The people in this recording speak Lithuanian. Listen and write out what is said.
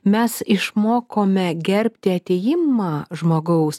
mes išmokome gerbti atėjimą žmogaus